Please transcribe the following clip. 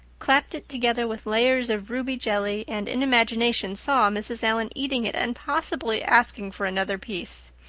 clapped it together with layers of ruby jelly and, in imagination, saw mrs. allan eating it and possibly asking for another piece!